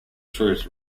truth